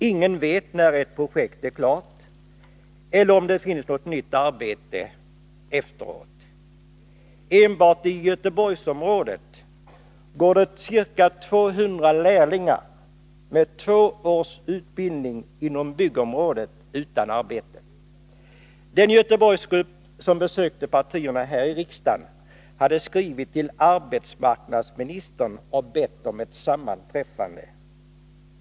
Ingen vet, när ett projekt är klart, om det finns något nytt arbete efteråt. Enbart i Göteborgsområdet går det ca 200 lärlingar med två års utbildning inom byggområdet utan arbete. Den Göteborgsgrupp som besökte partierna här i riksdagen hade skrivit till arbetsmarknadsministern och bett om ett sammanträffande.